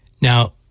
Now